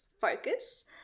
focus